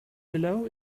below